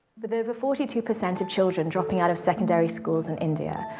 with over forty two percent of children dropping out of secondary schools in india,